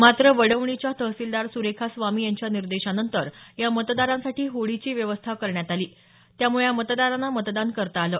मात्र वडवणीच्या तहसीलदार सुरेखा स्वामी यांच्या निर्देशानंतर या मतदारांसाठी होडीची व्यवस्था करण्यात आली त्यामुळे या मतदारांना मतदान करता आलं